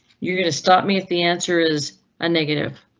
you gonna stop me at the answer is a negative.